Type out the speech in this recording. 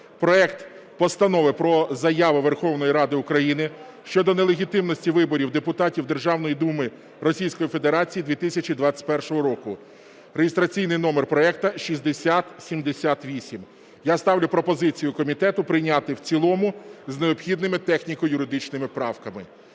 проект Постанови "Про Заяву Верховної Ради України щодо нелегітимності виборів депутатів Державної Думи Російської Федерації 2021 року" (реєстраційний номер проекту 6078). Я ставлю пропозицію комітету прийняти в цілому з необхідними техніко-юридичними правками.